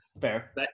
Fair